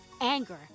anger